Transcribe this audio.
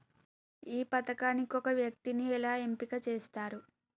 ఈ పథకానికి ఒక వ్యక్తిని ఎలా ఎంపిక చేస్తారు?